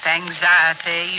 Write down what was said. anxiety